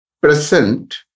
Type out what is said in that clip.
Present